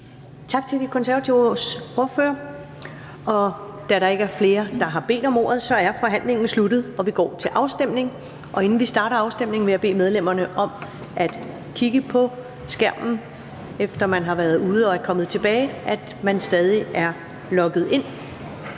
Tak til De Konservatives ordfører. Da der ikke er flere, der har bedt om ordet, er forhandlingen sluttet, og vi går til afstemning. Inden vi starter afstemningen, vil jeg bede medlemmerne, efter at man har været ude af salen og er kommet tilbage, om at kigge på